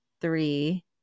three